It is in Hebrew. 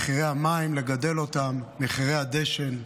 את מחירי המים לגדל אותם, את מחירי הדשן.